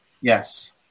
yes